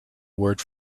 word